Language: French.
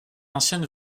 ancienne